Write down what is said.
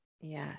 Yes